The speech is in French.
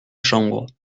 chambre